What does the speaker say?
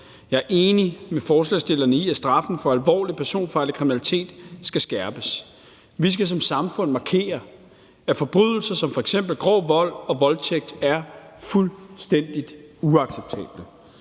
Jeg er enig med forslagsstillerne i, at straffen for alvorlig personfarlig kriminalitet skal skærpes. Vi skal som samfund markere, at forbrydelser som f.eks. grov vold og voldtægt er fuldstændig uacceptable,